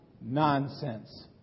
nonsense